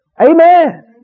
Amen